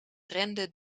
renden